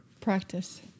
practice